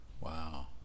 Wow